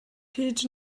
hyd